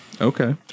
Okay